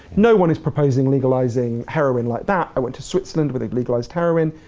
no one is proposing legalising heroin like that. i went to switzerland where they've legalised heroin,